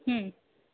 হুম